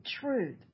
truth